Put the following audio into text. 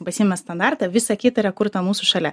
pasiemė standartą visa kita yra kurta mūsų šalia